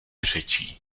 řečí